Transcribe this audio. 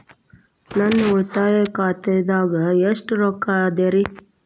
ನನ್ನ ಉಳಿತಾಯ ಖಾತಾದಾಗ ಎಷ್ಟ ರೊಕ್ಕ ಅದ ರೇ?